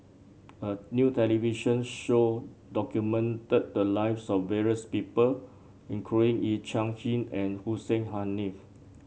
a new television show documented the lives of various people including Yee Chia Hsing and Hussein Haniff